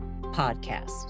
podcast